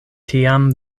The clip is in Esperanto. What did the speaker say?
tiam